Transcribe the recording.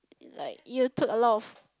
like you took a lot of